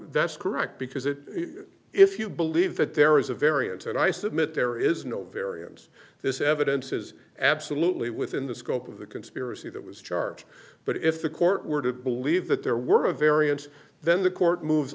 that's correct because it if you believe that there is a variance and i submit there is no variance this evidence is absolutely within the scope of the conspiracy that was charge but if the court were to believe that there were a variance then the court move